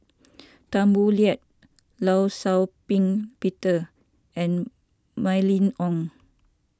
Tan Boo Liat Law Shau Ping Peter and Mylene Ong